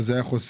וזה היה חוסך.